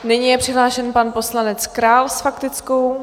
Nyní je přihlášen pan poslanec Král s faktickou.